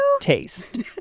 taste